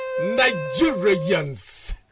Nigerians